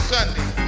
Sunday